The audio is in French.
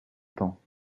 temps